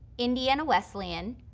indiana wesleyan,